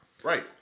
Right